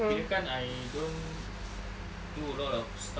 kira kan I don't do a lot of stuff